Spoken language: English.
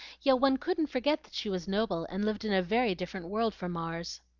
yet one couldn't forget that she was noble, and lived in a very different world from ours.